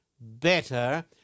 better